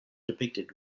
depicted